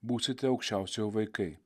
būsite aukščiausiojo vaikai